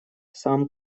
сам